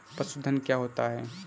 पशुधन क्या होता है?